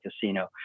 casino